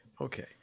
okay